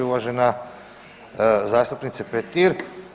Uvažena zastupnice Petir.